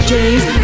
James